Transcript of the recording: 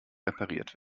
repariert